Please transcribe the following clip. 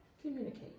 communicate